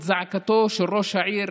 את זעקתו של ראש העיר,